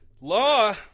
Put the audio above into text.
law